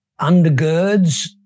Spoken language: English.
undergirds